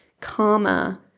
karma